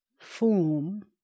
form